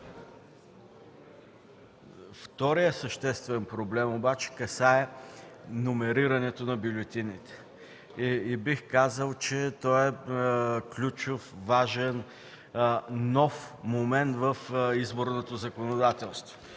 Вторият съществен проблем обаче касае номерирането на бюлетините. Бих казал, че той е важен, ключов нов момент в изборното законодателство.